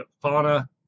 fauna